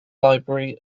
library